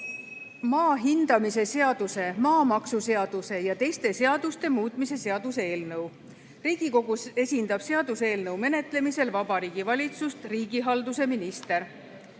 maa hindamise seaduse, maamaksuseaduse ja teiste seaduste muutmise seaduse eelnõu. Riigikogus esindab seaduseelnõu menetlemisel Vabariigi Valitsust riigihalduse minister.